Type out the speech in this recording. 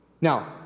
Now